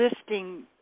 listing